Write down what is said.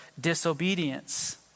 disobedience